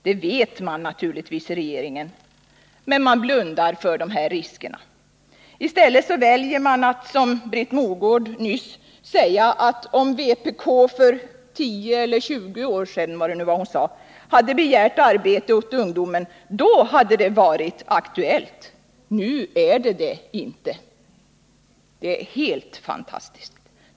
Det vet man naturligtvis inom regeringen, men man blundar för det. I stället väljer man att, som Britt Mogård nyss, säga att om vpk för 10 eller 20 år sedan — vad det nu var — hade begärt arbete åt ungdomen, då hade det varit aktuellt. Nu är det inte aktuellt. Det är helt fantastiskt.